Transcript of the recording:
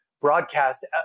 broadcast